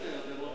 זה באותה סיעה.